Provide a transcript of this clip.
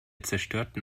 zerstörten